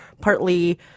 Partly